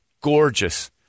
gorgeous